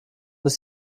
ist